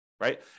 right